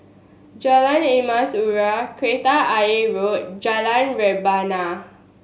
Jalan Emas Urai Kreta Ayer Road Jalan Rebana